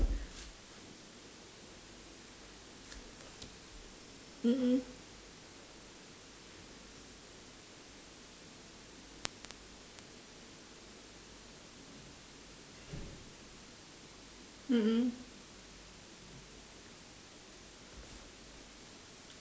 mm mm mm mm